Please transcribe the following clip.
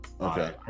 Okay